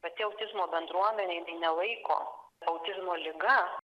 pati autizmo bendruomenė tai nelaiko autizmo liga